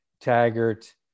Taggart